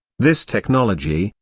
this technology,